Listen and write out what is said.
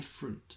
different